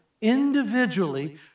individually